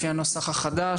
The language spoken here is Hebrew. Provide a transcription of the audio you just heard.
לפי הנוסח החדש?